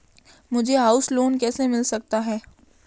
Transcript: मुझे house loan कैसे मिल सकता है?